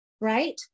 right